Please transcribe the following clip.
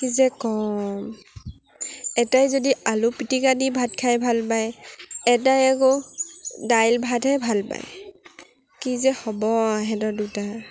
কি যে ক'ম এটাই যদি আলু পিটিকা দি ভাত খাই ভাল পায় এটাই আকৌ দাইল ভাতহে ভাল পায় কি যে হ'ব আৰু ইহঁতৰ দুটাৰ